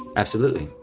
absolutely.